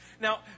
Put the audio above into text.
Now